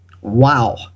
Wow